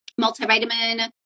multivitamin